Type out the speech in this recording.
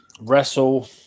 wrestle